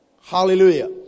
hallelujah